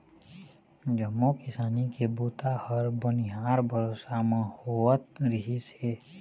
जम्मो किसानी के बूता ह बनिहार भरोसा म होवत रिहिस हे